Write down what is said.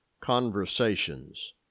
Conversations